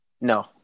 No